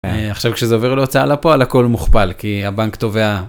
עכשיו כשזה עובר להוצאה לפעול הכל מוכפל כי הבנק תובע.